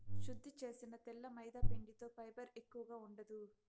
శుద్ది చేసిన తెల్ల మైదాపిండిలో ఫైబర్ ఎక్కువగా ఉండదు